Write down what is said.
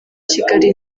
kigali